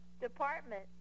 department